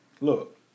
Look